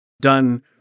done